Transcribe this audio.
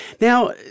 Now